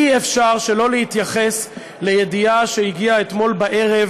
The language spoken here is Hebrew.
אי-אפשר שלא להתייחס לידיעה שהגיעה אתמול בערב